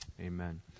amen